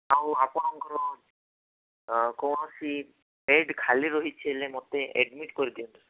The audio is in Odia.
ଆଉ ଆପଣଙ୍କର କୌଣସି ବେଡ୍ ଖାଲି ରହିଛି ହେଲେ ମୋତେ ଏଡ୍ମିଟ୍ କରିଦିଅନ୍ତୁ